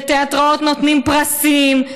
ותיאטראות נותנים פרסים,